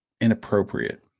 inappropriate